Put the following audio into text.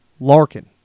Larkin